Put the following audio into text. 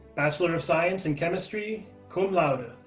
bachelor of science in chemistry, cum laude.